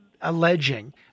alleging